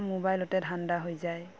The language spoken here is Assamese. মোবাইলতে ধান্দা হৈ যায়